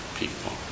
people